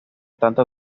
tanta